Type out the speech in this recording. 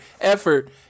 Effort